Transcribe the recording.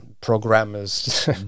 programmers